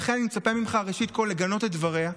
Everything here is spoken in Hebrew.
ולכן, אני מצפה ממך ראשית לגנות את דבריה,